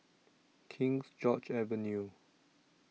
Kings George's Avenue